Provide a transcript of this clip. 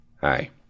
Hi